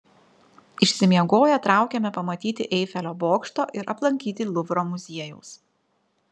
išsimiegoję traukėme pamatyti eifelio bokšto ir aplankyti luvro muziejaus